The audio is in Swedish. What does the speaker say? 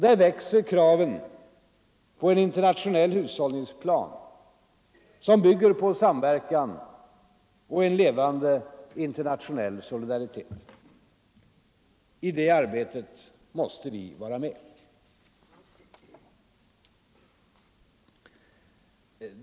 Där växer kraven på en internationell hushållningsplan, som bygger på samverkan och en levande internationell solidaritet. I det arbetet måste vi vara med.